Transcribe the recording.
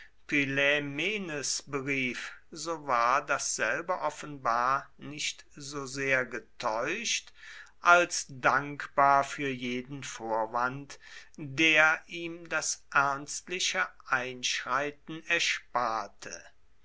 berief so war dasselbe offenbar nicht so sehr getäuscht als dankbar für jeden vorwand der ihm das ernstliche einschreiten ersparte